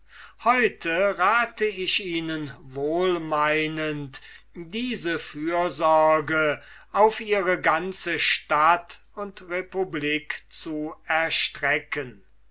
heute rate ich ihnen wohlmeinend diese fürsorge auf ihre ganze stadt und republik zu erstrecken